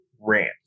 rant